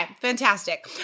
fantastic